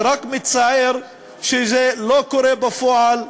ורק מצער שזה לא קורה בפועל.